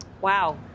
Wow